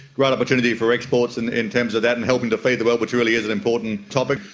great opportunity for exports and in terms of that and helping to feed the world, which really is an important topic.